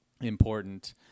important